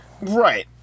Right